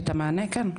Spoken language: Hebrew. את המענה, כן.